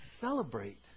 celebrate